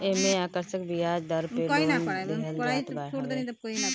एमे आकर्षक बियाज दर पे लोन देहल जात हवे